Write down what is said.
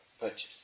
purchase